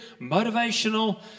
motivational